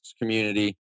community